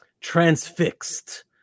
transfixed